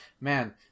man